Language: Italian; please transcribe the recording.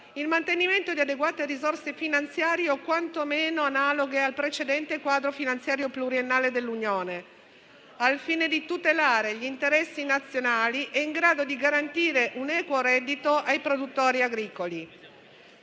il mantenimento di adeguate risorse finanziarie o quantomeno analoghe al precedente quadro finanziario pluriennale dell'Unione, al fine di tutelare gli interessi nazionali e in grado di garantire un equo reddito ai produttori agricoli.